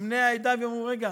בני העדה ויאמרו: רגע,